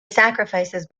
sacrifices